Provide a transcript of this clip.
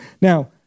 Now